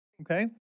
okay